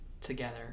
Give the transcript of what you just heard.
together